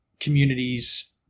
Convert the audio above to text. Communities